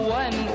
one